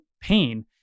pain